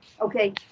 Okay